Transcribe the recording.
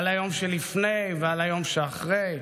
על היום שלפני ועל היום שאחרי,